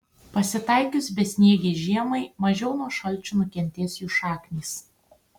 pasitaikius besniegei žiemai mažiau nuo šalčių nukentės jų šaknys